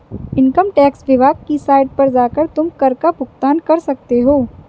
income tax विभाग की site पर जाकर तुम कर का भुगतान कर सकते हो